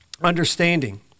understanding